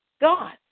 God